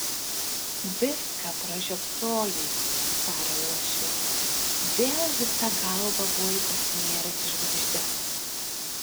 viską pražiopsojai tarė uošvė vėl visa galva buvai pasinėręs į žvaigždes